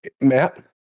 Matt